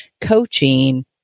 coaching